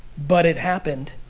but it happened.